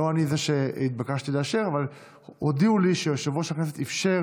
לא אני שנתבקשתי לאשר אבל הודיעו לי שיושב-ראש הכנסת אפשר